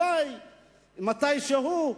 אולי מתישהו,